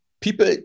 People